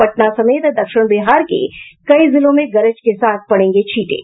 पटना समेत दक्षिण बिहार के कई जिलों में गरज के साथ पड़ेंगे छिटे